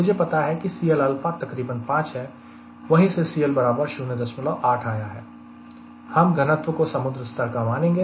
मुझे पता है कि CLα तकरीबन 5 है वहीं से CL बराबर 08 आया है हम घनत्व को समुद्र स्तर का मानेंगे